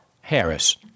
Harris